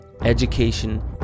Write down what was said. Education